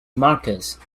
marcus